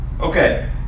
okay